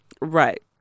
Right